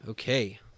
Okay